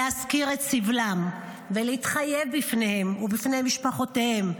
להזכיר את סבלם, ולהתחייב בפניהם ובפני משפחותיהם,